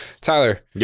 Tyler